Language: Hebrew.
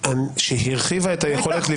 שהרחיבה את היכולת לפגוע?